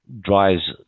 drives